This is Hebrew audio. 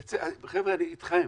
חבר'ה אני אתכם.